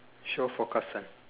shore forecast sun